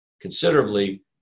considerably